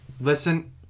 listen